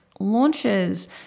launches